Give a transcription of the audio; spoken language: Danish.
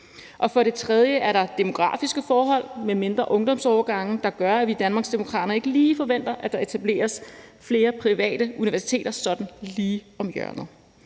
For det tredje er der demografiske forhold med mindre ungdomsårgange, der gør, at vi i Danmarksdemokraterne ikke lige forventer, at der etableres flere private universiteter sådan lige om hjørnet.